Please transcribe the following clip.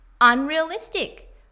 unrealistic